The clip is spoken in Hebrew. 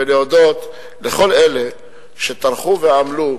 ולהודות לכל אלה שטרחו ועמלו,